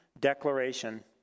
declaration